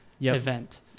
event